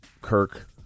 Kirk